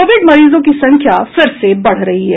Covid मरीजों की संख्या फिर से बढ़ रही है